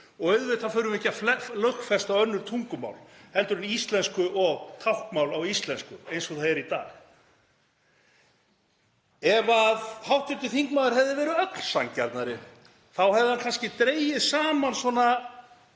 og auðvitað þurfum við ekki að lögfesta önnur tungumál en íslensku og táknmál á íslensku eins og er í dag. Ef hv. þingmaður hefði verið ögn sanngjarnari þá hefði hann kannski dregið saman